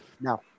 no